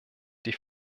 die